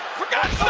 for god's